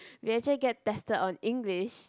we actually get tested on English